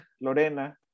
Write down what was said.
Lorena